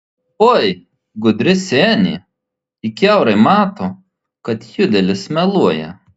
oi gudri senė ji kiaurai mato kad judelis meluoja